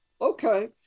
okay